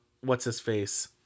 What's-his-face